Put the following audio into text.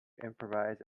improvise